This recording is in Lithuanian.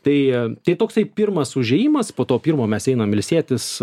tai toksai pirmas užėjimas po to pirmo mes einam ilsėtis